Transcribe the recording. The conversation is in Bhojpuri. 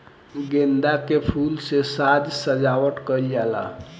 गेंदा के फूल से साज सज्जावट कईल जाला